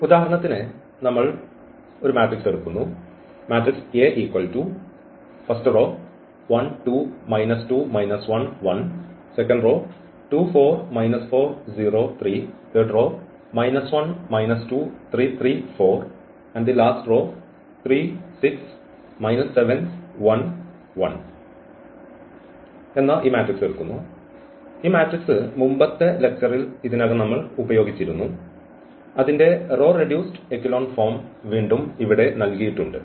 അതിനാൽ ഉദാഹരണത്തിന് നമ്മൾ ഈ എടുക്കുന്നു ഈ മാട്രിക്സ് മുമ്പത്തെ ലെക്ച്ചർൽ ഇതിനകം നമ്മൾ ഉപയോഗിച്ചിരുന്നു അതിന്റെ റോ റെഡ്യൂസ്ഡ് എക്കെലോൺ ഫോം വീണ്ടും ഇവിടെ നൽകിയിട്ടുണ്ട്